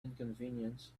inconvenience